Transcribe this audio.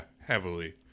heavily